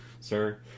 sir